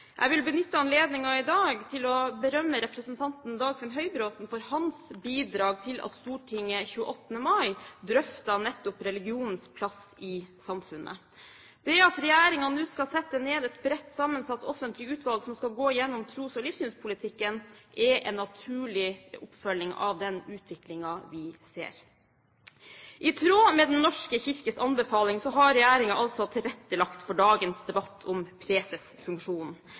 Jeg vil benytte anledningen i dag til å berømme representanten Dagfinn Høybråten for hans bidrag til at Stortinget 28. mai drøftet nettopp religionenes plass i samfunnet. Det at regjeringen nå skal sette ned et bredt sammensatt offentlig utvalg som skal gå igjennom tros- og livssynspolitikken, er en naturlig oppfølging av den utviklingen vi ser. I tråd med Den norske kirkes anbefaling har regjeringen tilrettelagt for dagens debatt om presesfunksjonen.